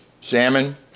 Salmon